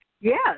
Yes